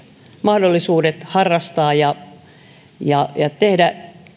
mahdollisuudet harrastaa ja ja tehdä